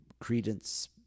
credence